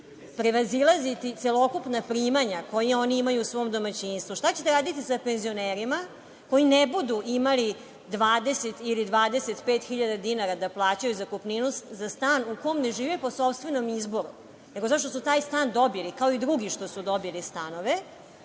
prevazilaziti celokupna primanja koje oni imaju u svom domaćinstvu? Šta ćete raditi sa penzionerima koji ne budu imali 20.000 ili 25.000 dinara da plaćaju zakupninu za stan u kom ne žive po sopstvenom izboru, nego zato što su taj stan dobili, kao i drugi što su dobili stanove?